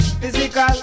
physical